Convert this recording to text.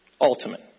ultimate